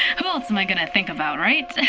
who else am i going to think about, right?